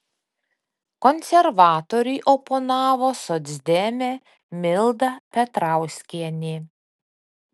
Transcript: konservatoriui oponavo socdemė milda petrauskienė